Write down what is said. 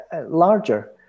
larger